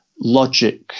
logic